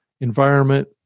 environment